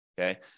okay